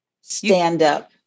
stand-up